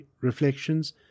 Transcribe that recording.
reflections